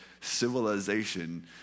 civilization